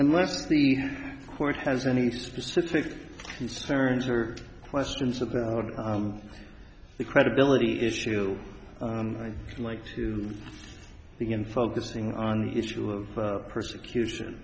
unless the court has any specific concerns or questions about the credibility issue i like to begin focusing on the issue of persecution